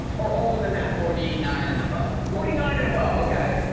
or older than that. forty nine and above. forty nine and above, okay.